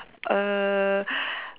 err